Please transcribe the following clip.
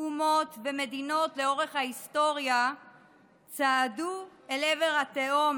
אומות ומדינות לאורך ההיסטוריה צעדו אל עבר התהום